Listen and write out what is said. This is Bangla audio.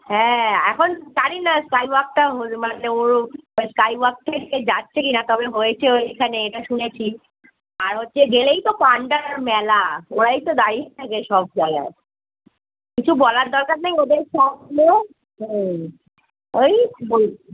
হ্যাঁ এখন জানি না স্কাই ওয়াকটা হলো মানে হো স্কাই ওয়াকটায় কে যাচ্ছে কি না তবে হয়েছে ওইখানে এটা শুনেছি আর হচ্ছে গেলেই তো পাণ্ডার মেলা ওরাই তো দাঁড়িয়ে থাকে সব জায়গায় কিছু বলার দরকার নেই ওদের সামনে সেই ওই বল